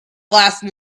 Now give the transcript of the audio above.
lasted